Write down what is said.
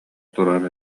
турар